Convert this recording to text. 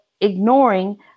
ignoring